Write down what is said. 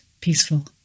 peaceful